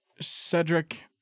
Cedric